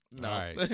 No